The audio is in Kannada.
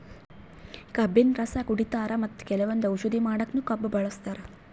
ಕಬ್ಬಿನ್ ರಸ ಕುಡಿತಾರ್ ಮತ್ತ್ ಕೆಲವಂದ್ ಔಷಧಿ ಮಾಡಕ್ಕನು ಕಬ್ಬ್ ಬಳಸ್ತಾರ್